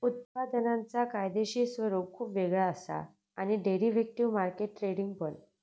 उत्पादनांचा कायदेशीर स्वरूप खुप वेगळा असा आणि डेरिव्हेटिव्ह मार्केट ट्रेडिंग पण